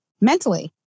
mentally